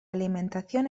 alimentación